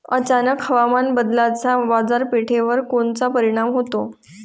अचानक हवामान बदलाचा बाजारपेठेवर कोनचा परिणाम होतो?